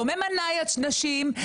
לא ממנה נשים,